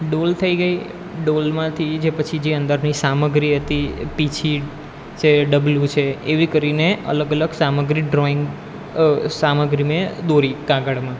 ડોલ થઈ ગઈ ડોલમાંથી જે પછી જે અંદરની સામગ્રી હતી પીંછી છે ડબલું છે એવી કરીને અલગ અલગ સામગ્રી ડ્રોઈંગ સામગ્રી મેં દોરી કાગળમાં